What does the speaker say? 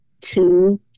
two